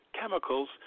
chemicals